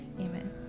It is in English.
amen